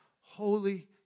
Holy